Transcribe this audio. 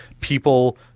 people